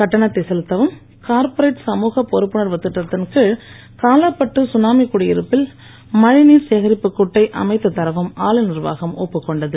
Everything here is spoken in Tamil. கட்டணத்தை செலுத்தவும் கார்ப்பரேட் சமூகப் பொறுப்புணர்வுத் திட்டத்தின் கீழ் காலாபட்டு கனாமி குடியிருப்பில் மழைநீர் சேகரிப்புக் குட்டை அமைத்துத் தரவும் ஆலை நிர்வாகம் ஒப்புக் கொண்டது